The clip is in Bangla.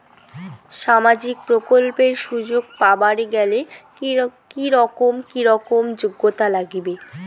সামাজিক প্রকল্পের সুযোগ পাবার গেলে কি রকম কি রকম যোগ্যতা লাগিবে?